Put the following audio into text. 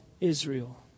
Israel